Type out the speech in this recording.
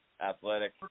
athletic